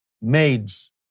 maids